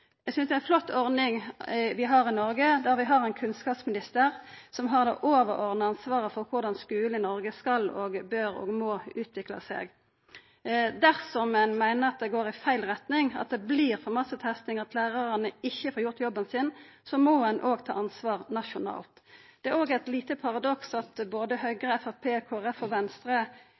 Eg synest det er ei flott ordning vi har i Noreg, der vi har ein kunnskapsminister som har det overordna ansvaret for korleis skulen i Noreg skal og bør og må utvikla seg. Dersom ein meiner at det går i feil retning, at det vert for mykje testing, og at lærarane ikkje får gjort jobben sin, må ein òg ta ansvar nasjonalt. Det er òg eit lite paradoks at både Høgre, Framstegspartiet, Kristeleg Folkeparti og Venstre